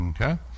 Okay